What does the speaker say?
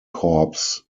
corps